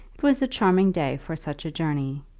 it was a charming day for such a journey.